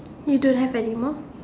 you don't have anymore